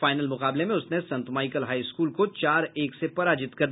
final मुकाबले में उसने संत माईकल हाई स्कूल को चार एक से पराजित कर दिया